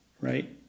right